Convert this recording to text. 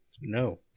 no